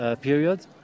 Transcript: period